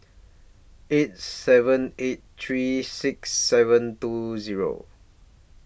eight seven eight three six seven two Zero